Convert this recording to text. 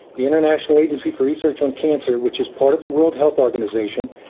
the international agency for research on cancer, which is part of the world health organisation,